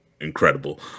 Incredible